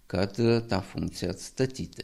kad tą funkciją atstatyti